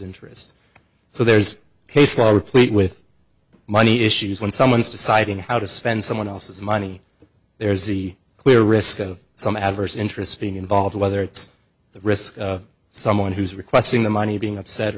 interests so there's case law replete with money issues when someone is deciding how to spend someone else's money there's a clear risk of some adverse interest being involved whether it's the risk of someone who's requesting the money being upset